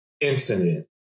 incident